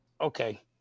Okay